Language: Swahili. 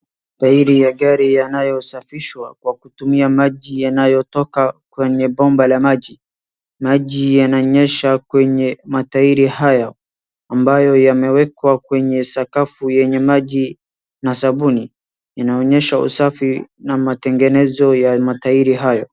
Tairi ya gari yanayosafishwa kwa kutumia maji yanayotoka kwenye bomba la maji. Maji yananyesha kwenye matairi haya ambayo yameekwa kwenye sakafu ayenye maji na sabuni inaonyesha usafi na matengenezo ya tairi hayo